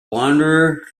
wanderers